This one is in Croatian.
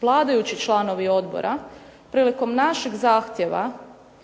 vladajući članovi odbora prilikom našeg zahtjeva